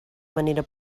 manera